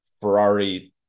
Ferrari